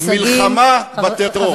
זה אומר: בנימין נתניהו, "מלחמה בטרור".